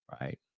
right